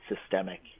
systemic